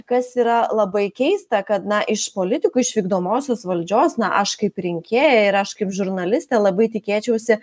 kas yra labai keista kad na iš politikų iš vykdomosios valdžios na aš kaip rinkėja ir aš kaip žurnalistė labai tikėčiausi